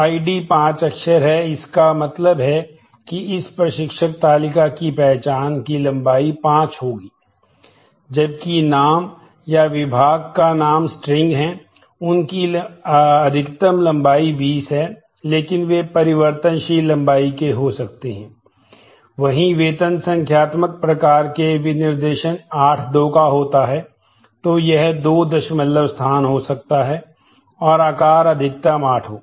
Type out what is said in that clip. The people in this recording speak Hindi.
तो यह 2 दशमलव स्थान हो सकता है और आकार अधिकतम 8 हो